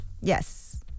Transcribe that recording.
yes